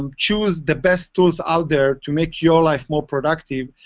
um choose the best tools out there to make your life more productive.